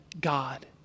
God